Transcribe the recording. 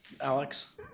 Alex